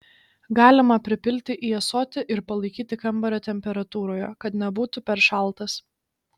galima pripilti į ąsotį ir palaikyti kambario temperatūroje kad nebūtų per šaltas